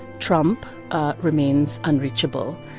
trump remains unreachable,